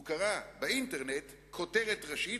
הוא קרא באינטרנט כותרת ראשית,